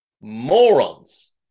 Morons